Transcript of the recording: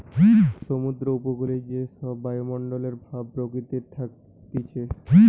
সমুদ্র উপকূলে যে সব বায়ুমণ্ডল ভাব প্রকৃতিতে থাকতিছে